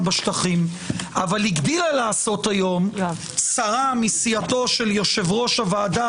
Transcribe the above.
בשטחים אבל הגדילה לעשות היום שרה מסיעתו של יושב-ראש הוועדה,